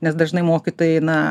nes dažnai mokytojai na